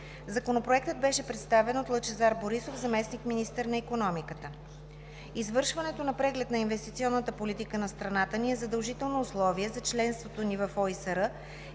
Законопроектът беше представен от Лъчезар Борисов – заместник-министър на икономиката. Извършването на преглед на инвестиционната политика на страната ни е задължително условие за членството ни в ОИСР